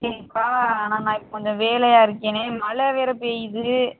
சரிப்பா நான் நான் இப்போ கொஞ்சம் வேலையாக இருக்கேனே மழை வேறு பெய்யுது